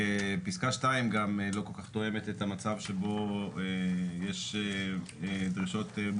אני חושב שוועדת השלושה זה שלושה